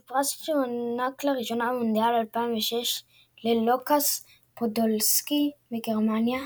הוא פרס שהוענק לראשונה במונדיאל 2006 ללוקאס פודולסקי מגרמניה.